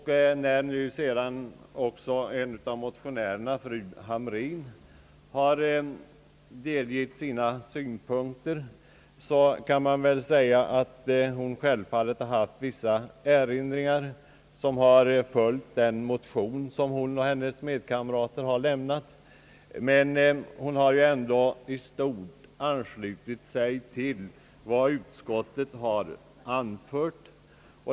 När nu också en av motionärerna, fru Hamrin Thorell, har delgivit kammaren sina synpunkter, kan man visserligen säga att hon självfallet har vissa erinringar som har följt den motion som hon och hennes medkamrater har lämnat, men hon har ändå i stort anslutit sig till vad utskottet har anfört.